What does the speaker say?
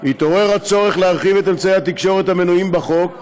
התעורר הצורך להרחיב את אמצעי התקשורת המנויים בחוק,